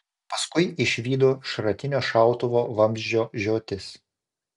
paskui išvydo šratinio šautuvo vamzdžio žiotis